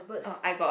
oh I got